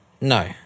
No